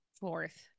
fourth